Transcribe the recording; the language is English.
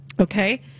okay